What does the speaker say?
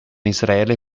israele